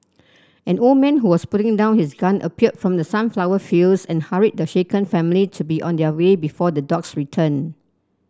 an old man who was putting down his gun appeared from the sunflower fields and hurried the shaken family to be on their way before the dogs return